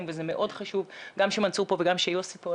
וזה מאוד חשוב גם שמנסור פה וגם שיוסי פה.